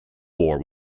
war